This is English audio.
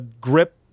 grip